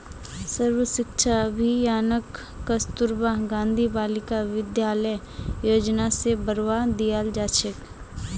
सर्व शिक्षा अभियानक कस्तूरबा गांधी बालिका विद्यालय योजना स बढ़वा दियाल जा छेक